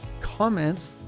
comments